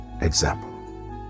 example